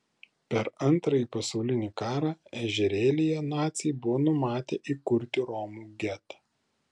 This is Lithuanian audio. per antrąjį pasaulinį karą ežerėlyje naciai buvo numatę įkurti romų getą